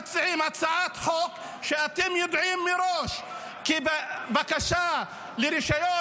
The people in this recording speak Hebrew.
איך אתם מציעים הצעת חוק כשאתם יודעים מראש כי בבקשה לרישיון